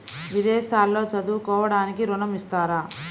విదేశాల్లో చదువుకోవడానికి ఋణం ఇస్తారా?